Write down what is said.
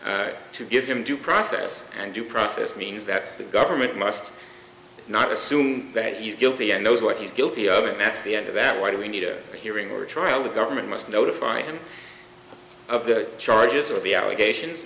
constitution to give him due process and due process means that the government must not assume that he's guilty and knows what he's guilty of and that's the end of that why do we need a hearing or a trial the government must notify him of the charges or the allegations